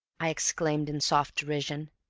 i exclaimed in soft derision,